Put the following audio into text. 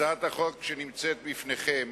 הצעת החוק שנמצאת בפניכם